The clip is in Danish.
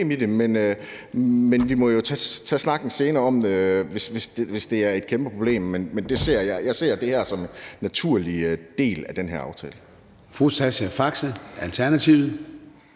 Men vi må jo tage snakken senere, hvis det er et kæmpe problem. Men jeg ser det her som en naturlig del af den her aftale.